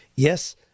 Yes